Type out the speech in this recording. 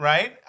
Right